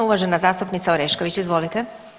Uvažena zastupnica Orešković, izvolite.